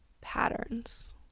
patterns